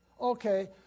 Okay